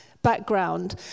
background